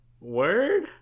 Word